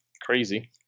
crazy